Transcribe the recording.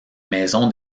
maison